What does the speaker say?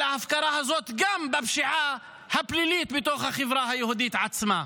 אלא ההפקרה הזאת היא גם בפשיעה הפלילית בתוך החברה היהודית עצמה.